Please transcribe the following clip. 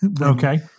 okay